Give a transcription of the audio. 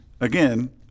again